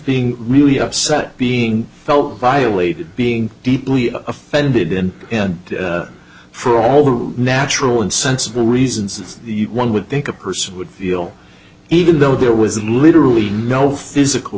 being really upset being felt violated being deeply offended and for all the natural and sensible reasons one would think a person would feel even though there was literally no physical